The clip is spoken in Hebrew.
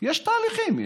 יש תהליכים,